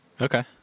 Okay